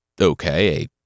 okay